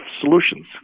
solutions